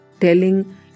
telling